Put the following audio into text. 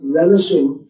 relishing